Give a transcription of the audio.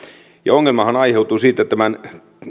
ongelmahan aiheutui tästä